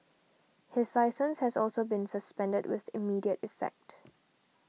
his licence has also been suspended with immediate effect